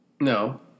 No